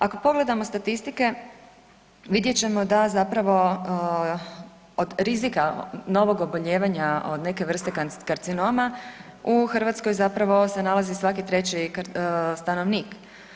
Ako pogledamo statistike vidjet ćemo da zapravo od rizika novog obolijevanja od neke vrste karcinoma u Hrvatskoj se zapravo nalazi svaki 3 stanovnik.